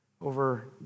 over